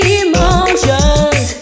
emotions